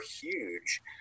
huge